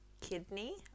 kidney